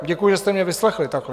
Děkuji, že jste mě vyslechli takhle.